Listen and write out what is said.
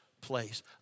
place